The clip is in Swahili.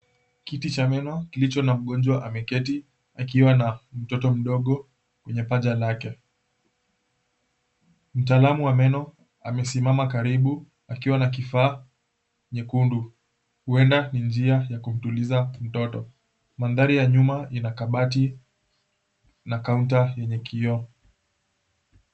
Kiti cha meno, kilicho na mgonjwa akiwa na mtoto mdogo kwenye paja lake. Mtaalamu wa meno, amesimama karibu akiwa na kifaa nyekundu. Huenda ni njia ya kumtuliza mtoto. Mandhari ya nyuma ina kabati, na kaunta yenye kioo.